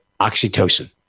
oxytocin